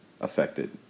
affected